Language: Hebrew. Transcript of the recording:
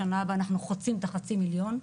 ובשנה הבאה אנחנו חוצים את החצי מיליון.